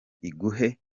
iguhe